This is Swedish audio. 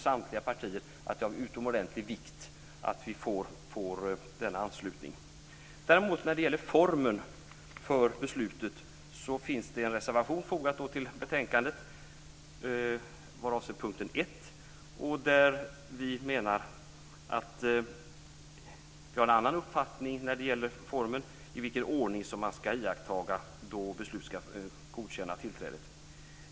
Samtliga partier finner att det är av utomordentlig vikt att vi får denna anslutning. När det däremot gäller formen för beslutet finns det en reservation fogad till betänkandet vad avser punkten 1, där vi menar att vi har en annan uppfattning när det gäller formen och vilken ordning som man ska iaktta när man ska besluta om godkännande av tillträdet.